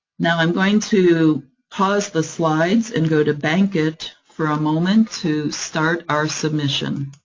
now, i'm going to pause the slides and go to bankit for a moment, to start our submission.